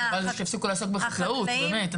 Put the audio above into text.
באמת,